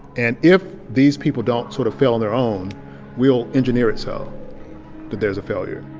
and if these people don't sort of fail on their own, we will engineer it so that there's a failure.